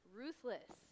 ruthless